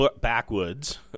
backwoods